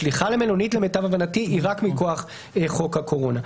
השליחה למלונית למיטב הבנתי היא רק מכוח חוק הקורונה.